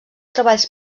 treballs